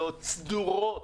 אלטרנטיביות סדורות,